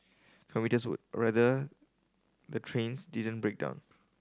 commuters would rather the trains didn't break down